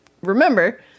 remember